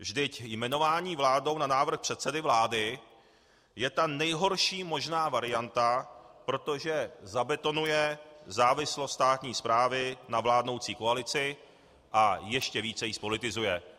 Vždyť jmenování vládou na návrh předsedy vlády je ta nejhorší možná varianta, protože zabetonuje závislost státní správy na vládnoucí koalici a ještě více ji zpolitizuje.